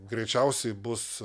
greičiausiai bus